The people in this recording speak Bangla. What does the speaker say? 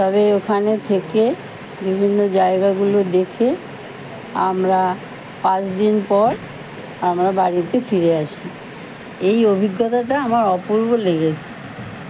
তবে ওখানে থেকে বিভিন্ন জায়গাগুলো দেখে আমরা পাঁচ দিন পর আমরা বাড়িতে ফিরে আসি এই অভিজ্ঞতাটা আমার অপূর্ব লেগেছে